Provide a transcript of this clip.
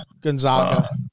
Gonzaga